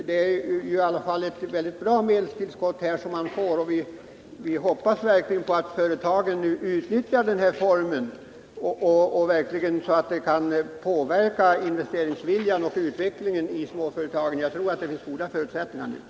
Det rör sig ju om ett ganska stort medelstillskott, och vi hoppas verkligen att företagen nu utnyttjar den här lånemöjligheten så att investeringsviljan och utvecklingen i småföretagen ökar. Jag tror att det finns goda förutsättningar för det.